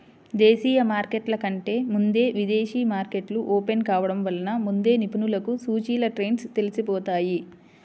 దేశీయ మార్కెట్ల కంటే ముందే విదేశీ మార్కెట్లు ఓపెన్ కావడం వలన ముందే నిపుణులకు సూచీల ట్రెండ్స్ తెలిసిపోతాయి